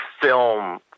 film